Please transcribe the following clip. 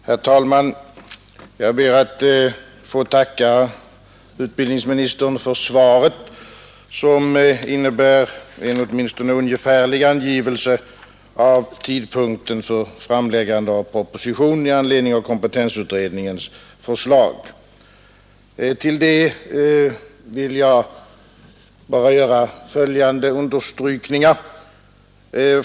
Herr talman! Jag ber att få tacka utbildningsministern för svaret, som innebär en åtminstone ungefärlig angivelse av tidpunkten för framläggande av proposition med anledning av kompetensutredningens förslag. Till detta vill jag bara göra följande understrykningar.